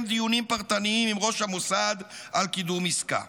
דיונים פרטניים עם ראש המוסד על קידום עסקה,